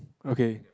okay